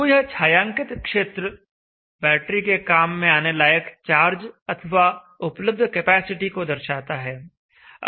तो यह छायांकित क्षेत्र बैटरी के काम में आने लायक चार्ज अथवा उपलब्ध कैपेसिटी को दर्शाता है